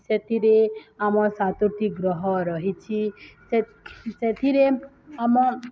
ସେଥିରେ ଆମ ସାତୋଟି ଗ୍ରହ ରହିଛି ସେଥିରେ ଆମ